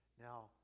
Now